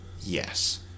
Yes